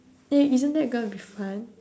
eh isn't that gonna be fun